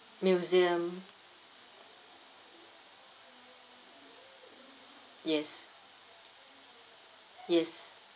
museum yes yes